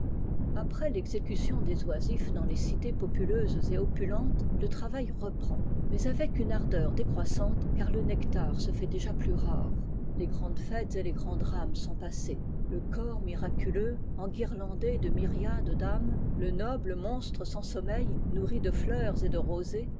après l'exécution des oisifs dans les cités populeuses et opulentes le travail reprend mais avec une ardeur décroissante car le nectar se fait déjà plus rare les grandes fêtes et les grands drames sont passés le corps miraculeux enguirlandé de myriades d'âmes le noble monstre sans sommeil nourri de fleurs et de rosée